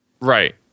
right